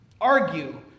Argue